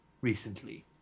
Recently